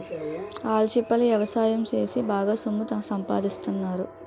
ఆల్చిప్పల ఎవసాయం సేసి బాగా సొమ్ము సంపాదిత్తన్నారు